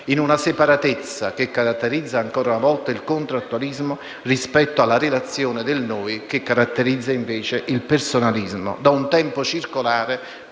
dalla separatezza che caratterizza, ancora una volta, il contrattualismo alla relazione del noi, che caratterizza invece il personalismo;